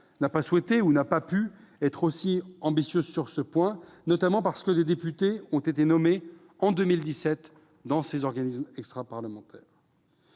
n'a pas souhaité ou pas pu être aussi ambitieuse sur ce point, notamment parce que des députés ont été nommés en 2017 dans des organismes extraparlementaires.